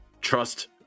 trust